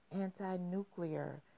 anti-nuclear